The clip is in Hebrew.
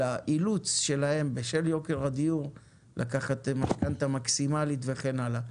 אלא אילוץ שלהם בשל יוקר הדיור לקחת משכנתא מקסימלית וכן הלאה.